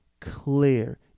clear